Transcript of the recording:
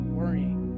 worrying